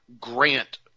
grant